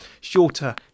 Shorter